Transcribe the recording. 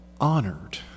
honored